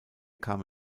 kam